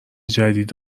جدید